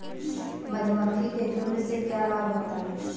मधुमक्खी के झुंड से क्या लाभ होता है?